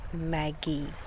Maggie